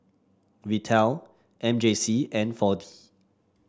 Vital M J C and four D